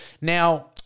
Now